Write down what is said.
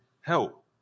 help